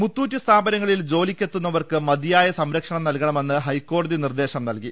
മുത്തൂറ്റ് സ്ഥാപനങ്ങളിൽ ജോലിക്ക്ക്ത്തുന്നവർക്ക് മതിയായ സംരക്ഷണം നൽകണമെന്ന് ഹൈക്കോടതി നിർദേശം നൽകി